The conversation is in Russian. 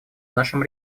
нашем